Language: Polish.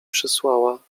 przysłała